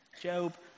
Job